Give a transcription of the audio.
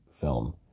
film